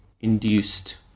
Induced